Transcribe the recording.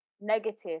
negative